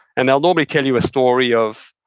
and they'll normally tell you a story of,